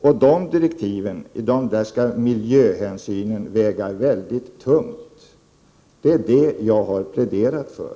I de nya direktiven skall miljöhänsynen väga mycket tungt. Det är det som jag har pläderat för.